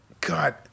God